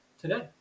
today